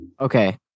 Okay